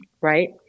right